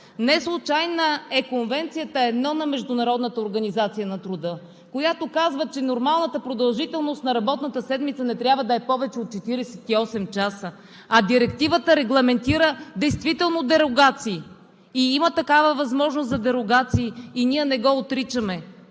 Неслучайна е Конвенция №1 на Международната организация на труда, която казва, че нормалната продължителност на работната седмица не трябва да е повече от 48 часа, а Директивата регламентира действително дерогации – има такава възможност за дерогации и ние не го отричаме,